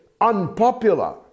unpopular